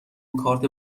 کارت